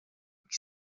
que